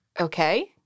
Okay